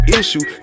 issue